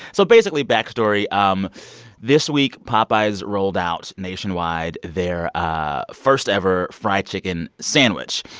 so, basically, backstory um this week, popeyes rolled out, nationwide, their ah first ever fried chicken sandwich.